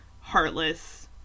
heartless